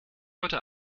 heute